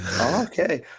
Okay